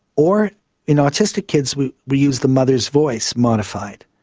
or in autistic kids we we use the mother's voice modified.